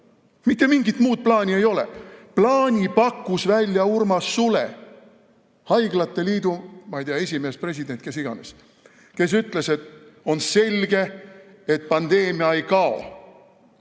Mitte mingit muud plaani ei ole. Plaani pakkus välja Urmas Sule, haiglate liidu esimees, president, kes iganes, kes ütles, et on selge, et pandeemia ei kao